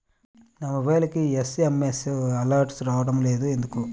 నా మొబైల్కు SMS alerts రావడం లేదు ఎందుకు?